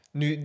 nu